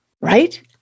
right